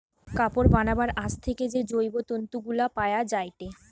কাপড় বানাবার আঁশ থেকে যে জৈব তন্তু গুলা পায়া যায়টে